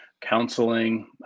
counseling